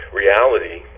reality